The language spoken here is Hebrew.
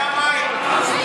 והמים.